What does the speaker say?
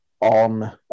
on